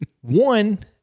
one